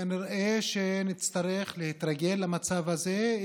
כנראה שנצטרך להתרגל למצב הזה,